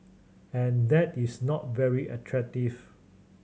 and that is not very attractive